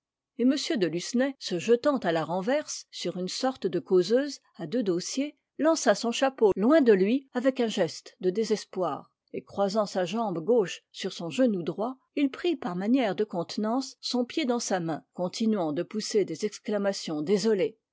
et m de lucenay se jetant à la renverse sur une sorte de causeuse à deux dossiers lança son chapeau loin de lui avec un geste de désespoir et croisant sa jambe gauche sur son genou droit il prit par manière de contenance son pied dans sa main continuant de pousser des exclamations désolées